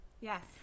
Yes